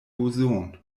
boson